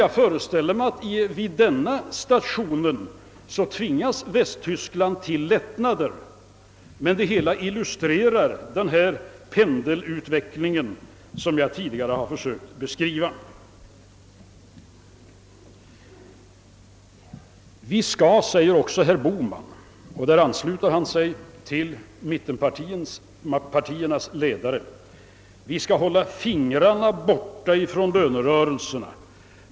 Jag föreställer mig att vid denna station tvingas Västtyskland till lättnader. Det hela illustrerar pendelrörelsen i utvecklingen, som jag tidigare har försökt beskriva. Vi skall, säger herr Bohman också och ansluter sig därmed till mittenpartiernas ledare, hålla fingrarna borta från lönerörelserna.